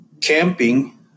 camping